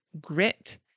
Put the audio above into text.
grit